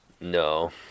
No